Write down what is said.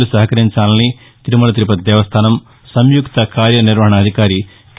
లు సహకరించాలని తిరుమల తిరుపతి దేవస్దానం సంయుక్త కార్య నిర్వహణాధికారి కె